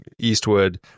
Eastwood